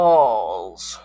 Balls